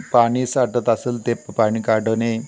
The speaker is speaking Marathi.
पाणी साठत असेल ते प पाणी काढणे